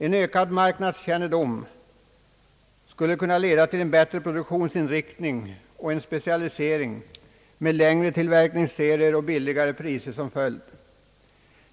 En ökad marknadskännedom skulle kunna leda till en bättre produktionsinriktning och en specialisering med längre tillverkningsserier och lägre priser som följd.